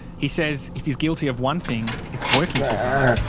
he says if he's guilty of one thing, it's working too hard.